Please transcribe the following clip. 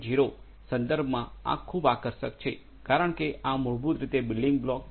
0 સંદર્ભમાં આ ખૂબ આકર્ષક છે કારણ કે આ મૂળભૂત રીતે બિલ્ડિંગ બ્લોક્સ છે